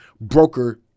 broker